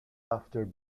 after